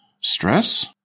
stress